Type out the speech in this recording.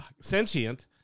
Sentient